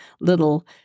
little